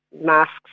Masks